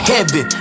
Heaven